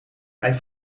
hij